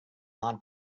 non